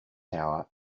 tower